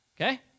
okay